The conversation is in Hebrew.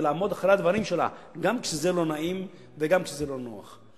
ולעמוד מאחורי הדברים שלה גם כשזה לא נעים וגם כשזה לא נוח.